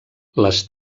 les